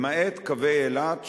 למעט קווי אילת,